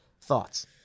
thoughts